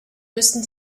müssten